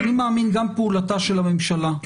ואני מאמין שגם פעולתה של הממשלה,